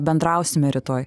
bendrausime rytoj